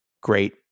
great